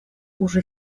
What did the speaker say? уже